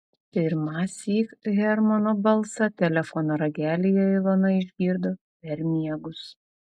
pirmąsyk hermano balsą telefono ragelyje ilona išgirdo per miegus